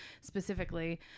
specifically